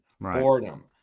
boredom